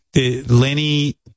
Lenny